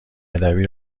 ادبی